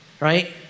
Right